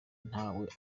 ntawe